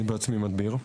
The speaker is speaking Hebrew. אני בעצמי מדביר.